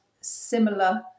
similar